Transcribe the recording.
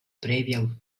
previa